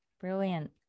Brilliant